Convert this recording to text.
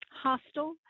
hostel